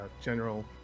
general